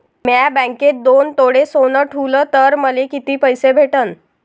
म्या बँकेत दोन तोळे सोनं ठुलं तर मले किती पैसे भेटन